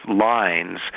lines